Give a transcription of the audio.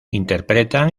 interpretan